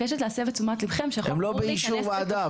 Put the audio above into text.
הן לא באישור ועדה,